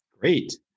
Great